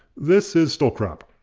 this is still crap.